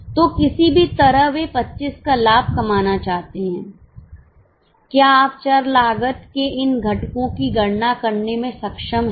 तो किसी भी तरह वे 25 का लाभ कमाना चाहते हैं क्या आप चर लागत के इन घटकों की गणना करने में सक्षम हैं